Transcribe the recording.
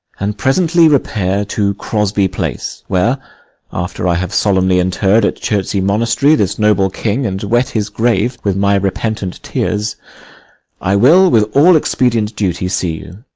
and presently repair to crosby place where after i have solemnly interr'd at chertsey monastery, this noble king, and wet his grave with my repentant tears i will with all expedient duty see you